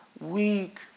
weak